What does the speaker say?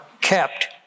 kept